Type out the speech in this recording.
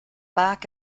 back